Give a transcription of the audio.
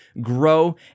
grow